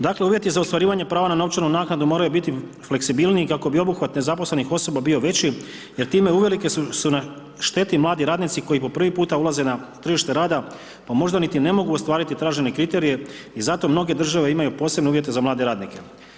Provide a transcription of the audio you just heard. Dakle uvjeti za ostvarivanje prava na novčanu naknadu moraju biti fleksibilniji kada bi obuhvat nezaposlenih osoba bio veći jer time uvelike su na šteti mladi radnici koji po prvi puta ulaze na tržište rada pa možda niti ne mogu ostvariti tražene kriterije i zato mnoge države imaju posebne uvjete za mlade radnike.